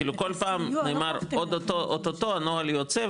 כאילו כל פעם נאמר אוטוטו הנוהל יוצא,